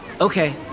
Okay